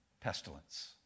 pestilence